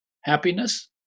happiness